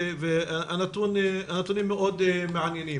הנתונים מאוד מעניינים.